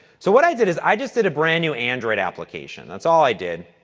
so, what i did is, i just did a brand new android application. that's all i did.